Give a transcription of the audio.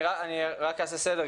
אני רק אעשה סדר,